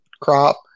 crop